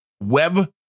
web